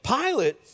Pilate